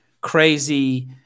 crazy –